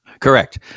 Correct